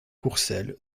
courcelles